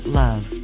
love